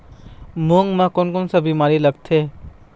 मूंग म कोन कोन से बीमारी लगथे?